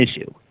issue